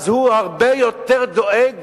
הוא דואג